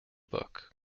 book